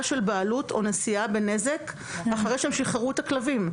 של בעלות או נשיאה בנזק אחרי שהם שחררו את הכלבים.